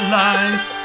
life